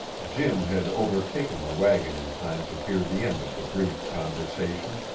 jim had overtaken the wagon in time to hear the end of the brief conversation,